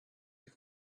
you